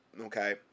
okay